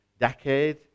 decade